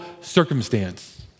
circumstance